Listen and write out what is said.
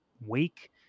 wake